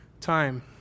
time